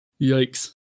yikes